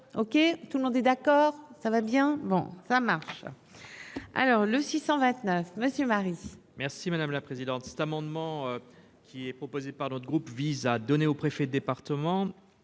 OK, tout le monde est d'accord, ça va bien, bon, ça marche, alors le 629 monsieur Marie. Merci madame la présidente, cet amendement qui est proposé par notre groupe vise à donner aux préfets de département,